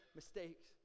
mistakes